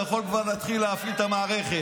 אתה יכול כבר להתחיל להפעיל את המערכת.